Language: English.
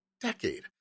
decade